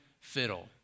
fiddle